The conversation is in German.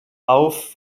auf